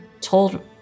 told